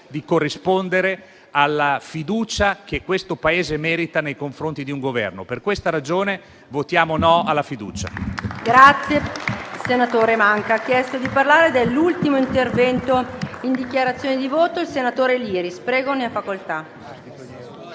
di corrispondere alla fiducia che questo Paese merita nei confronti di un Governo. Per questa ragione votiamo no alla fiducia.